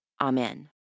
Amen